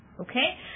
Okay